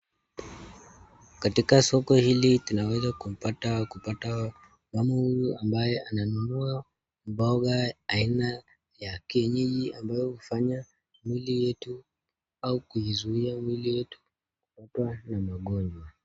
Katika soko hili tunaweza kupata mama huyu ambaye ananua mboga aina ya kienyeji ambayo hufanya mwili yetu au kuizuia mwili yetu kupata maugonjwa.